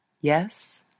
Yes